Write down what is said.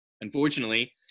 Unfortunately